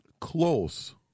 close